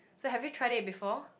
so have you tried it before